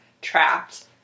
trapped